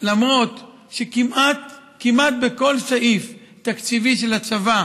למרות שכמעט בכל סעיף תקציבי של הצבא